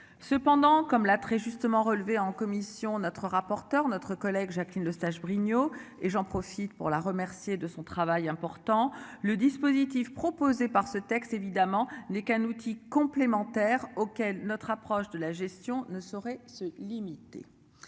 Cependant, comme l'a très justement relevé en commission notre rapporteur notre collègue Jacqueline Eustache-Brinio et j'en profite pour la remercier de son travail important le dispositif proposé par ce texte évidemment n'est qu'un outil complémentaire auquel notre approche de la gestion ne saurait se limiter.